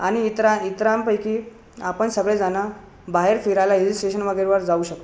आणि इतरान इतरांपैकी आपण सगळे जण बाहेर फिरायला हिल स्टेशन वगैरेवर जाऊ शकतो